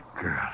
girl